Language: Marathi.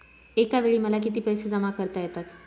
एकावेळी मला किती पैसे जमा करता येतात?